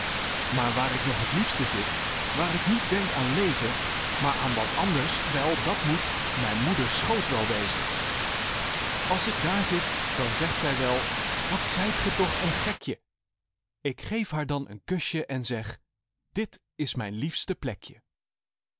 maar waar ik nog het liefste zit waar ik niet denk aan lezen maar aan wat anders wel dat moet mijn moeders schoot wel wezen als ik daar zit dan zegt zij wel wat zijt ge toch een gekje ik geef haar dan een kusje en zeg dit is mijn liefste plekje